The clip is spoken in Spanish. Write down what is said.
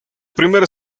primer